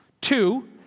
Two